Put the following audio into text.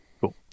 Cool